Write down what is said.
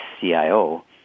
CIO